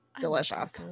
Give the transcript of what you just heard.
delicious